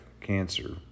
cancer